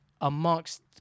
amongst